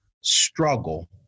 struggle